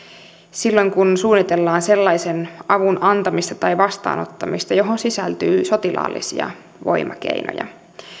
silloin kun suunnitellaan sellaisen avun antamista tai vastaanottamista johon sisältyy sotilaallisia voimakeinoja